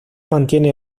mantiene